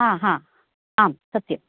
हा हा आम् सत्यम्